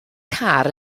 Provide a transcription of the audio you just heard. car